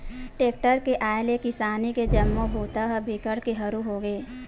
tractor के आए ले किसानी के जम्मो बूता ह बिकट के हरू होगे